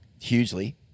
hugely